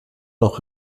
noch